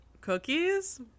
cookies